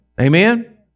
Amen